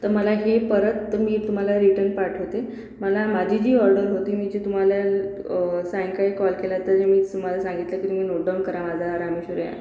तर मला हे परत तुम्ही तुम्हाला रिटन पाठवते मला माझी जी ऑर्डर होती मी जी तुम्हाला सायंकाळी कॉल केला तर मीच तुम्हाला सांगितलं की तुम्ही नोटडाऊन करा माझा रामेश्वरी अॅ